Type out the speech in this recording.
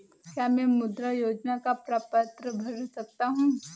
क्या मैं मुद्रा योजना का प्रपत्र भर सकता हूँ?